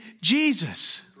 Jesus